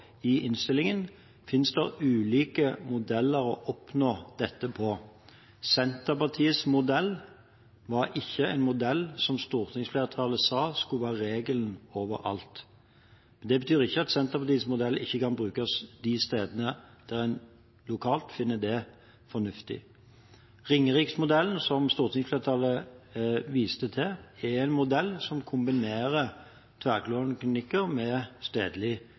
i innstillingen, finnes det ulike måter å oppnå dette på. Senterpartiets modell var ikke en modell som stortingsflertallet sa skulle være regelen overalt. Det betyr ikke at Senterpartiets modell ikke kan brukes de stedene der en lokalt finner det fornuftig. Ringeriksmodellen, som stortingsflertallet viste til, er en modell som kombinerer tverrgående klinikker med